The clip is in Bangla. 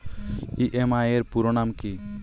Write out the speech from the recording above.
ই.এম.আই এর পুরোনাম কী?